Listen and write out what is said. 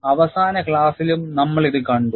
അവസാന ക്ലാസിലും നമ്മൾ ഇത് കണ്ടു